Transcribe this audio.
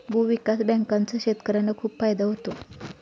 भूविकास बँकांचा शेतकर्यांना खूप फायदा होतो